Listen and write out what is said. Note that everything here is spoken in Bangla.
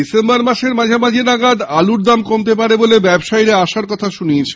ডিসেম্বর মাসের মাঝামাঝি নাগাদ আলুর দাম কমতে পারে বলে ব্যবসায়ীরা আশার কথা শুনিয়েছেন